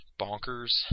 Bonkers